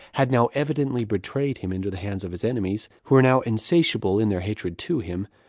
had now evidently betrayed him into the hands of his enemies, who were now insatiable in their hatred to him,